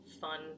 fun